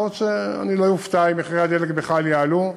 מה עוד שאני לא אופתע אם מחירי הדלק בכלל יעלו.